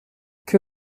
que